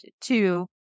two